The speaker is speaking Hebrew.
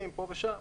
לא.